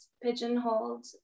pigeonholed